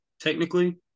Technically